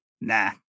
nah